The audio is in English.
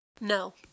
no